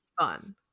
fun